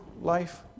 life